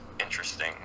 interesting